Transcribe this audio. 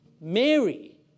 Mary